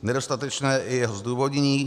Nedostatečné je i jeho zdůvodnění.